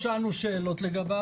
הלאה.